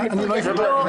אני מפרגנת לו,